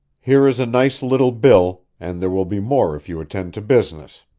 here is a nice little bill, and there will be more if you attend to business.